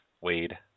Wade